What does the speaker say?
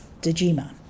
Dejima